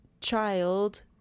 child